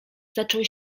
zaczął